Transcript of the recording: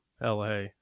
LA